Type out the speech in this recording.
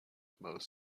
most